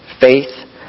faith